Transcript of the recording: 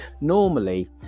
Normally